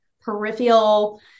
peripheral